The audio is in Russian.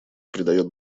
придает